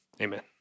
amen